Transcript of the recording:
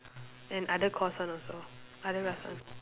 and other course one also other class one